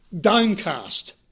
downcast